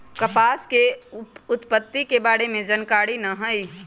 कपास के उत्पत्ति के बारे में जानकारी न हइ